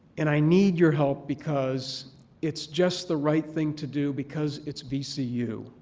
and i need your help because it's just the right thing to do because it's vcu.